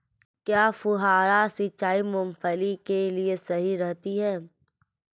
क्या फुहारा सिंचाई मूंगफली के लिए सही रहती है?